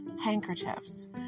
handkerchiefs